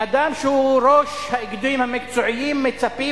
מאדם שהוא ראש האיגודים המקצועיים מצפים